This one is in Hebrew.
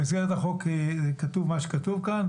במסגרת החוק כתוב מה שכתוב כאן,